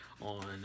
on